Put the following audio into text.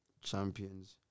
Champions